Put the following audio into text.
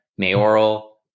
Mayoral